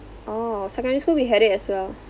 oh secondary school we had it as well